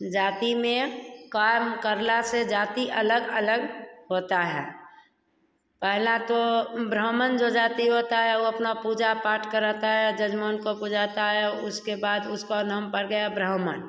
जाति में काम करला से जाति अलग अलग होता है पहला तो ब्राह्मण जो जाति होता है वह अपना पूजा पाठ कराता है जजमान को पुजाता है उसके बाद उसका नाम पड़ गया ब्राह्मण